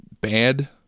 bad